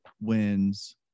wins